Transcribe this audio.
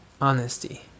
honesty